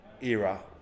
era